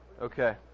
Okay